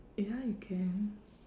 ya you can